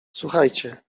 słuchajcie